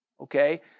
Okay